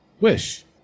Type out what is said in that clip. Wish